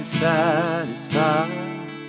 Satisfied